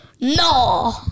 No